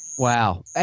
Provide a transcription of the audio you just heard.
Wow